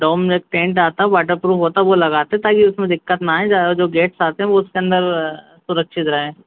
डोम में एक टेंट आता वाटरप्रूफ़ होता वो लगाते हैं ताकि उस में दिक्कत ना आए ज़्यादा जो गेस्ट आते हैं वो उसके अंदरसुरक्षित रहें